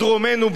מדרומנו,